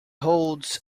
holds